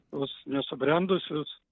tuos nesubrendusius